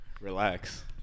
Relax